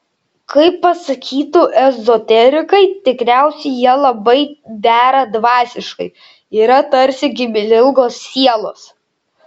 kaip pasakytų ezoterikai tikriausiai jie labai dera dvasiškai yra tarsi giminingos sielos